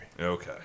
Okay